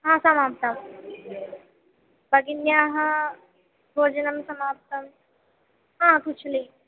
हा समाप्तं भगिन्याः भोजनं समाप्तं हा कुशलम्